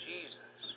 Jesus